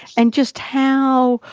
and just how,